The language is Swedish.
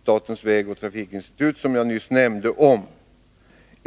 statens vägoch trafikinstituts undersökning, som jag nyss nämnde.